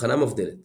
אבחנה מבדלת